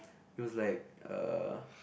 it was like uh